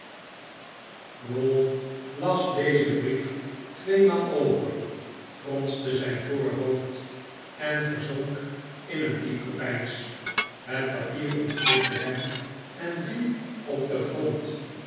las dezen brief tweemaal over fronste zijn voorhoofd eh verzonk in een diep gepeins het papier ontglipte hem en viel op den grond